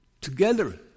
together